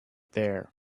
there